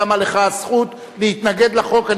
קמה לך הזכות להתנגד לחוק.